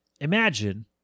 Imagine